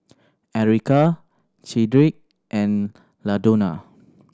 Erykah Cedrick and Ladonna